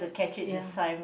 ya